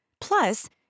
Plus